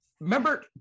Remember